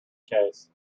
case